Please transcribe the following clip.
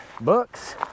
books